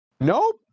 Nope